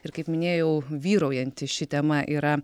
ir kaip minėjau vyraujanti ši tema yra